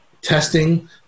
testing